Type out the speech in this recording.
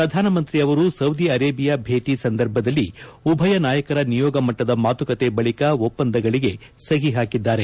ಪ್ರಧಾನಮಂತ್ರಿ ಅವರು Saudi Arabia ಭೇಟಿ ಸಂದರ್ಭದಲ್ಲಿ ಉಭಯ ನಾಯಕರ ನಿಯೋಗ ಮಟ್ಡದ ಮಾತುಕತೆ ಬಳಿಕ ಒಪ್ಪಂದಗಳಿಗೆ ಸಹಿ ಹಾಕಿದ್ದಾರೆ